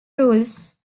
rules